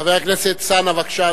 חבר הכנסת אלסאנע, בבקשה,